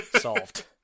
Solved